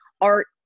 Art